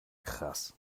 krass